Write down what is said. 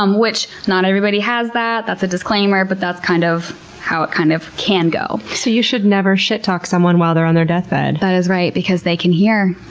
um which not everybody has that. that's a disclaimer, but that's kind of how it kind of can go. so, you should never shit-talk someone while they're on their deathbed? that is right, because they can hear.